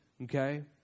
Okay